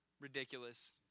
ridiculous